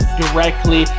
directly